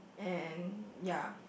and ya